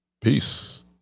Peace